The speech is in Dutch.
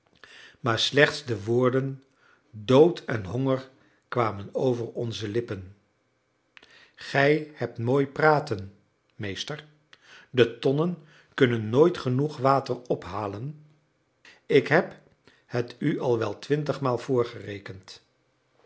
maar slechts de woorden dood en honger kwamen over onze lippen gij hebt mooi praten meester de tonnen kunnen nooit genoeg water ophalen ik heb het u al wel